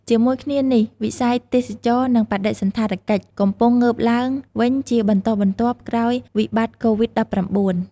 ជាមួយគ្នានេះ វិស័យ ទេសចរណ៍ និងបដិសណ្ឋារកិច្ច កំពុងងើបឡើងវិញជាបន្តបន្ទាប់ ក្រោយវិបត្តិកូវីដ-១៩។